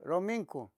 romincoh.